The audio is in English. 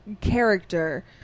character